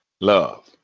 love